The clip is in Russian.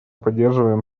поддерживаем